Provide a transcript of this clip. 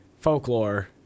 folklore